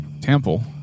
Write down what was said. Temple